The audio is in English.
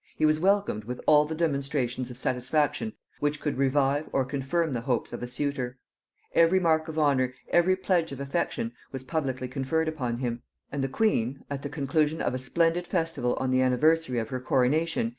he was welcomed with all the demonstrations of satisfaction which could revive or confirm the hopes of a suitor every mark of honor, every pledge of affection, was publicly conferred upon him and the queen, at the conclusion of a splendid festival on the anniversary of her coronation,